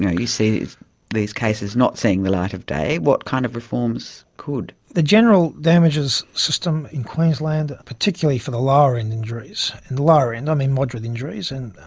know, you see these cases not seeing the light of day, what kind of reforms could? the general damages system in queensland, particularly for the lower end injuries in the lower end, i mean, moderate injuries and,